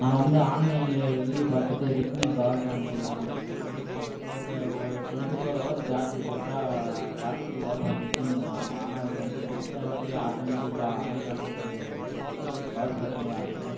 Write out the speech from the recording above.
நான் வந்து ஆன்லைனில் ரிவ்யூ பார்த்துட்டு ரெட்மி பவர் பேங்க் ஒன்று வாங்கினேன் ஒரு ஒரு டொண்ட்டி ஃபோர் அவர் சார்ஜ் போட்டால் ஃபாட்டி டூ அவர்ஸ் நிற்குனு சொன்னாங்க ஆனால் அது வந்து சிக்ஸ் ஹவரிலே ஆட்டோமெட்டிக்காக அமந்து அமந்து பவர் சப்ளை ஆகுது